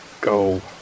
go